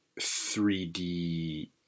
3D –